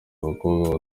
w’abakobwa